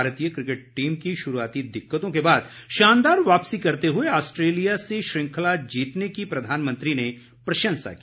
भारतीय cricket team की शुरूआती दिक्कतों के बाद शानदार वापसी करते हुए ऑस्ट्रेलिया से श्रृंखला जीतने की प्रधानमंत्री ने प्रशंसा की